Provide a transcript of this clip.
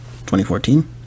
2014